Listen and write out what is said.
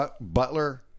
Butler